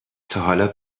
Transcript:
تاحالا